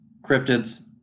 cryptids